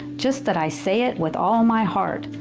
just that i say it with all my heart.